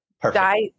Perfect